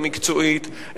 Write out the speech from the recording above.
המקצועית,